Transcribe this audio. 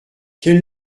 quel